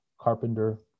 carpenter